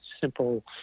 simple